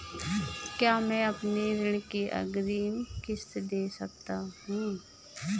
क्या मैं अपनी ऋण की अग्रिम किश्त दें सकता हूँ?